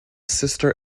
sister